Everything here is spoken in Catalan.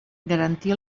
garantir